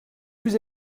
plus